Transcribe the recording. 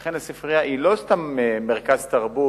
לכן הספרייה היא לא סתם מרכז תרבות